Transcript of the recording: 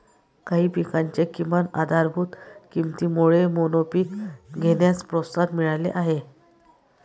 काही पिकांच्या किमान आधारभूत किमतीमुळे मोनोपीक घेण्यास प्रोत्साहन मिळाले आहे